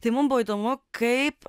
tai mum buvo įdomu kaip